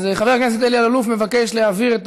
אז חבר הכנסת אלי אלאלוף מציע להעביר את